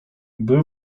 był